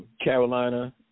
Carolina